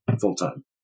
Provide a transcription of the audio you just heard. full-time